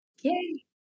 Yay